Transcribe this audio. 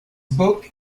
book